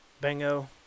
bingo